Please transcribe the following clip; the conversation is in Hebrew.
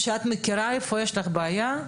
כשאת יודעת היכן יש לך בעיה,